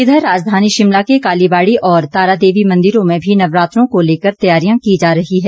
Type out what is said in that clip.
इधर राजधानी शिमला के कालीबाड़ी और तारादेवी मंदिरों में भी नवरात्रों को लेकर तैयारियां की जा रही हैं